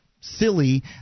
silly